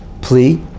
plea